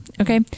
okay